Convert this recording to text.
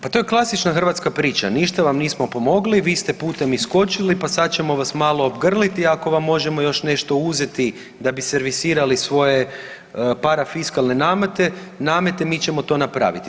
Pa to je klasična hrvatska priča, ništa vam nismo pomogli, vi ste putem iskočili pa sad ćemo vas malo obgrliti, ako vam možemo još nešto uzeti da bi servisirali svoje parafiskalne namete mi ćemo to napraviti.